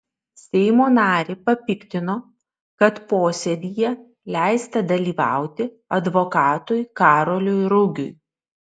seimo narį papiktino kad posėdyje leista dalyvauti advokatui karoliui rugiui